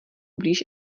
blíž